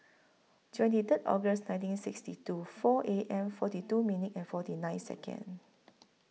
twenty Third August nineteen sixty two four A M forty two minute and forty nine Second